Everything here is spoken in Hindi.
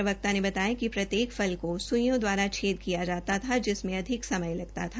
प्रवक्ता ने बताया कि प्रत्येक फल को सुइयों द्वारा छेद किया जाता था जिसमें अधिक समय लगता था